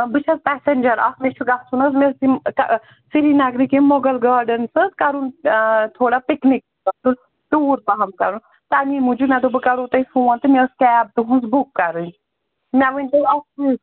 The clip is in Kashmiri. آ بہٕ چھَس پسینجَر اکھ مےٚ چھُ گژھُن حظ مےٚ ٲس یِم سرینَگرٕکۍ یِم مۄغل گارڈنس حظ کَرُن تھوڑا پِکنِک اَسہِ اوس ٹیٛوٗر پَہَم کَرُن تَمی موٗجوٗب مےٚ دوٚپ بہٕ کَرہو تۄہہِ فون تہٕ مےٚ ٲسۍ کیب تُہٕنٛز بُک کَرٕنۍ مےٚ ؤنۍتو اَکھ چیٖز